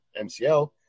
MCL